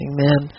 Amen